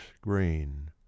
green